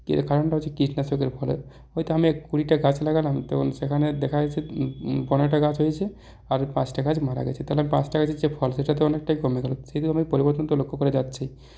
এর কারণটা হচ্ছে কীটনাশকের ফলে হয়তো আমি কুড়িটা গাছ লাগালাম তো সেখানে দেখা যাচ্ছে পনেরোটা গাছ হয়েছে আর পাঁচটা গাছ মারা গেছে তাহলে পাঁচটা গাছের যে ফলন সেটা অনেকটাই কমে গেলো সেই তুলনায় পরিবর্তন তো লক্ষ্য করা যাচ্ছেই